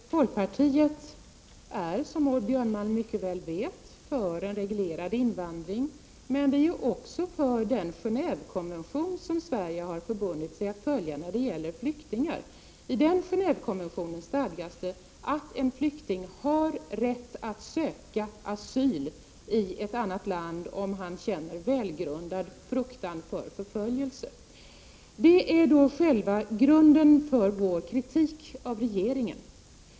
Herr talman! Folkpartiet är, som Maud Björnemalm mycket väl vet, för en reglerad invandring, men vi är också för den Gen&vekonvention som Sverige har förbundit sig att följa när det gäller flyktingar. I den Gen&vekonventionen stadgas att en flykting har rätt att söka asyli ett annat land om han känner välgrundad fruktan för förföljelse. Det är själva grunden för vår kritik av regeringen.